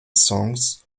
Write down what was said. songs